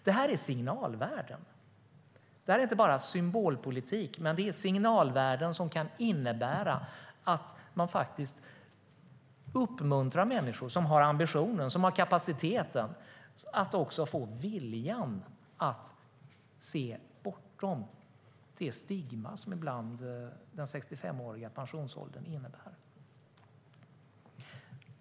Det är inte bara symbolpolitik utan signalvärden som kan innebära att man faktiskt uppmuntrar människor som har ambitionen och kapaciteten att också få viljan att se bortom det stigma som pensionsåldern på 65 år ibland innebär.